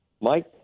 Mike